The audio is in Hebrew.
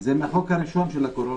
זה מהחוק הראשון של הקורונה.